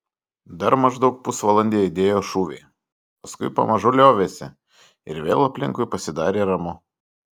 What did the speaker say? dar maždaug pusvalandį aidėjo šūviai paskui pamažu liovėsi ir vėl aplinkui pasidarė ramu